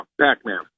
Pac-Man